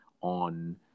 on